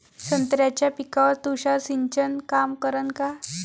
संत्र्याच्या पिकावर तुषार सिंचन काम करन का?